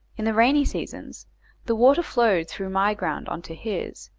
in the rainy seasons the water flowed through my ground on to his,